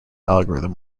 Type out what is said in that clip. algorithm